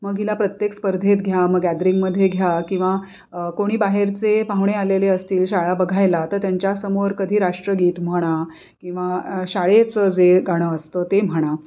मग हिला प्रत्येक स्पर्धेत घ्या मग गॅदरिंगमध्ये घ्या किंवा कोणी बाहेरचे पाहुणे आलेले असतील शाळा बघायला तर त्यांच्यासमोर कधी राष्ट्रगीत म्हणा किंवा शाळेचं जे गाणं असतं ते म्हणा